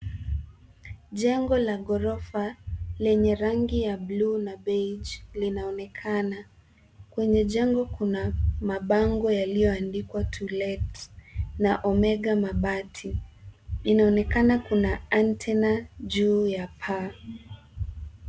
Jengo la ghorofa, lenye rangi ya blue na beige ,linaonekana. Kwenye jengo kuna mabango yaliyoandikwa ,To Let, na Omega Mabati. Inaonekana kuna antennae juu ya paa.